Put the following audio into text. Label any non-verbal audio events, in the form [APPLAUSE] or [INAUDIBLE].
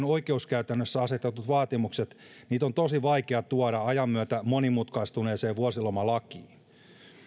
[UNINTELLIGIBLE] oikeuskäytännössä asetettuja vaatimuksia on tosi vaikea tuoda ajan myötä monimutkaistuneeseen vuosilomalakiin